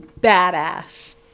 badass